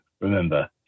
Remember